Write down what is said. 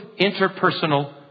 interpersonal